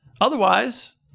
Otherwise